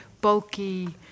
bulky